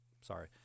sorry